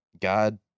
God